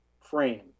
frame